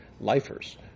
lifers